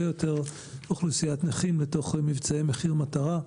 יותר אוכלוסיית נכים בתוך מבצעי מחיר מטרה,